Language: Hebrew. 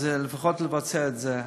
לפחות לבצע את זה.